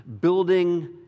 building